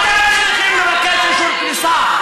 אתם צריכים לבקש אישור כניסה,